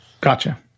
gotcha